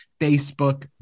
Facebook